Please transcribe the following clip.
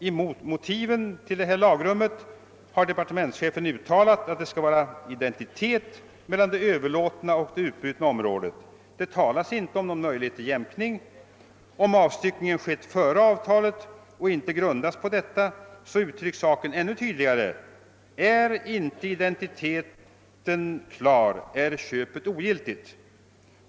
I motiven till detta lagrum har departementschefen uttalat, att det skall vara identitet mellan det överlåtna och det utbytta området. Det talas inte om någon möjlighet till jämkning. Om avstyckningen skett före avtalet och inte grundas på detta uttrycks saken ännu tydligare: »är inte identiteten klar är köpet ogiltigt«.